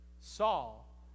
Saul